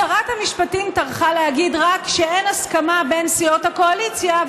שרת המשפטים טרחה להגיד רק שאין הסכמה בין סיעות הקואליציה,